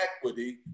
equity